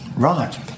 Right